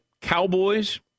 Cowboys